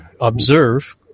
observe